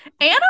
Anna